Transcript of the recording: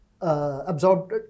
absorbed